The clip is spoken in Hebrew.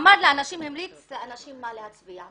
בנימינה המליץ לאנשים מה להצביע.